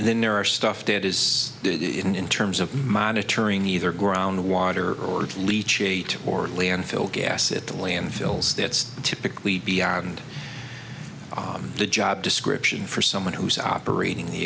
and then there are stuff that is good in terms of monitoring either ground water or leach or landfill gas at the landfills that's typically beyond the job description for someone who's operating the